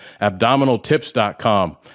AbdominalTips.com